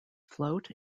float